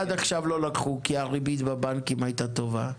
עד עכשיו לא לקחו כי הריבית בבנקים הייתה טובה,